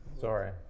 Sorry